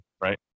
right